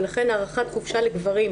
ולכן הארכת חופשה לגברים,